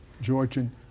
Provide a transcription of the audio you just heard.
Georgian